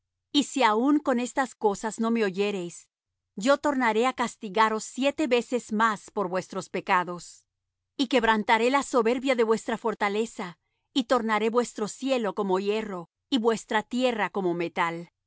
y si aun con estas cosas no me oyereis yo tornaré á castigaros siete veces más por vuestros pecados y quebrantaré la soberbia de vuestra fortaleza y tornaré vuestro cielo como hierro y vuestra tierra como metal